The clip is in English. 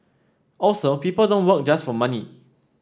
also people don't work just for money